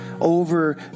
over